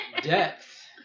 depth